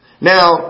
Now